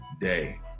day